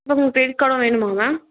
ma'am உங்களுக்கு credit கார்டும் வேணுமா மேம்